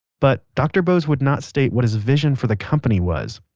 but dr. bose would not state what his vision for the company was.